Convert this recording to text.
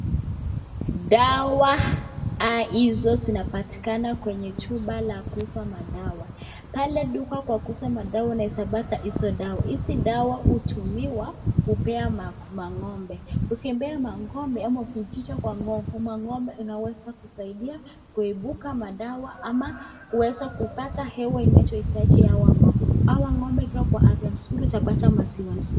Dawa hizo zinapatikana kwenye chuba la kuuza madawa. Pale duka kwa kuuza madawa unaeza pata hizo dawa. Hizi dawa hutumiwa kupea mang'ombe. Ukipea mang'ombe ama ukiitisha kwa mang'ombe inaweza kusaidia kuibuka madawa ama kuweza kupata hewa inayohitaji hawa ng'ombe. Hawa ng'ombe ikiwa kwa afya itabata maziwa nzuri.